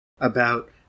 about-